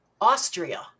Austria